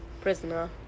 prisoner